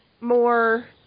more